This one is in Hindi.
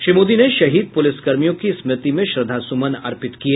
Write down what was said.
श्री मोदी ने शहीद पुलिसकर्मियों की स्मृति में श्रद्धा सुमन अर्पित किए